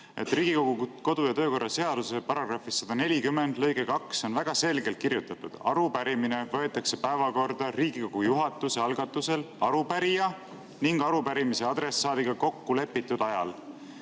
Riigikogu kodu- ja töökorra seaduse § 140 lõikes 2 on väga selgelt kirjutatud: "Arupärimine võetakse päevakorda Riigikogu juhatuse algatusel arupärija ning arupärimise adressaadiga kokkulepitud ajal."